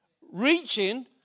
reaching